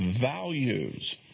values